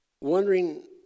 wondering